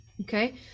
okay